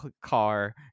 car